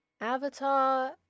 Avatar